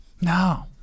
no